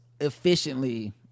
efficiently